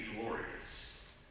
glorious